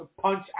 punch